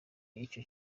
icyo